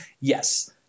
Yes